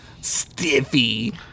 Stiffy